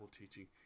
teaching